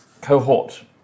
cohort